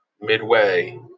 midway